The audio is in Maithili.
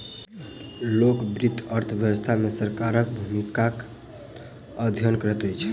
लोक वित्त अर्थ व्यवस्था मे सरकारक भूमिकाक अध्ययन करैत अछि